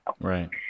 Right